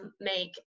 make